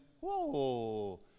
whoa